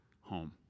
home